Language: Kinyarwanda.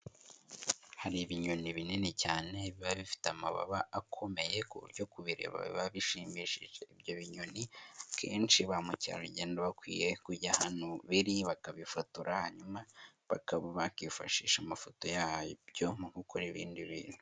Hari ibinyoni binini cyane biba bifite amababa akomeye ku buryo kubireba biba bishimishije, ibyo binyoni akenshi ba mukerarugendo bakwiye kujya ahantu biri bakabifotora hanyuma bakaba bakifashisha amafoto yabyo mu gukora ibindi bintu.